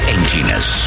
Emptiness